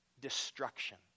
destruction